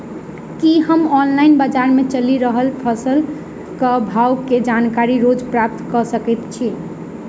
की हम ऑनलाइन, बजार मे चलि रहल फसलक भाव केँ जानकारी रोज प्राप्त कऽ सकैत छी?